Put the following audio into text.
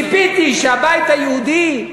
ציפיתי שהבית היהודי,